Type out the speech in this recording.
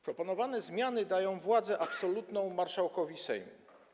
Proponowane zmiany dają władzę absolutną marszałkowi Sejmu.